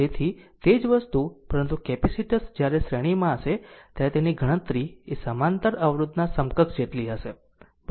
તેથી તે જ વસ્તુ પરંતુ કેપેસિટર જ્યારે શ્રેણીમાં હશે ત્યારે તેની ગણતરી એ સમાંતર અવરોધ ના સમકક્ષ જેટલી હશે